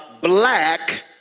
black